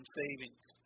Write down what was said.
savings